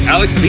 Alex